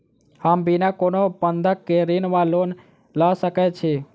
हम बिना कोनो बंधक केँ ऋण वा लोन लऽ सकै छी?